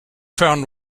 found